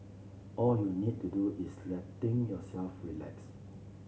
all you need to do is letting yourself relax